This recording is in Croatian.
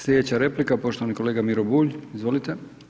Slijedeća replika poštovani kolega Miro Bulj, izvolite.